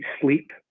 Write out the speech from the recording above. sleep